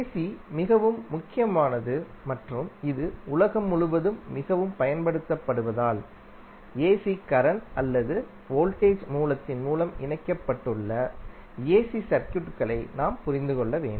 C மிகவும் முக்கியமானது மற்றும் இது உலகம் முழுவதும் மிகவும் பயன்படுத்தப்படுவதால் ஏசி கரண்ட் அல்லது வோல்டேஜ் மூலத்தின் மூலம் இணைக்கப்பட்டுள்ள ஏசி சர்க்யூட் களை நாம் புரிந்து கொள்ள வேண்டும்